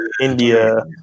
India